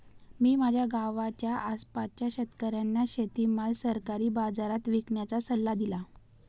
मी माझ्या गावाच्या आसपासच्या शेतकऱ्यांना शेतीमाल सरकारी बाजारात विकण्याचा सल्ला दिला